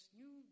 new